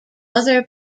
other